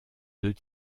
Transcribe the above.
deux